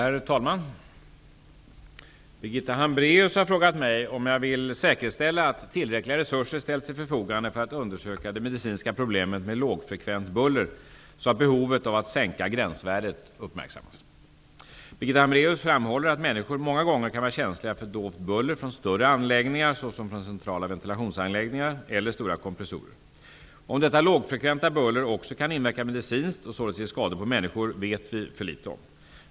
Herr talman! Birgitta Hambraeus har frågat mig om jag vill säkerställa att tillräckliga resurser ställs till förfogande för att undersöka det medicinska problemet med lågfrekvent buller så att behovet av att sänka gränsvärdet uppmärksammas. Birgitta Hambraeus framhåller att människor många gånger kan vara känsliga för dovt buller från större anläggningar såsom från centrala ventilationsanläggningar eller stora kompressorer. Om detta lågfrekventa buller också kan inverka medicinskt och således ge skador på människor vet vi för litet om.